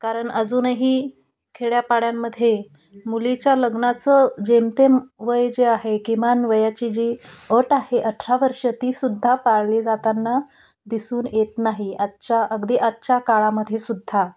कारण अजूनही खेड्यापाड्यांमध्ये मुलीच्या लग्नाचं जेमतेम वय जे आहे किमान वयाची जी अट आहे अठरा वर्ष तीसुद्धा पाळली जाताना दिसून येत नाही आजच्या अगदी आजच्या काळामध्ये सुद्धा